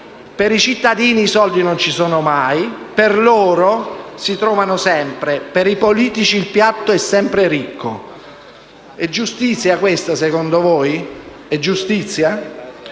Per i cittadini i soldi non ci sono mai; per loro si trovano sempre, per i politici il piatto è sempre ricco. È giustizia questa secondo voi? È giustizia?